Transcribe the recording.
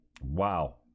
Wow